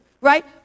right